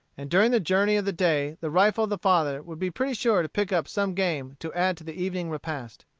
and during the journey of the day the rifle of the father would be pretty sure to pick up some game to add to the evening repast.